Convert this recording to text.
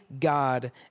God